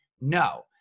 no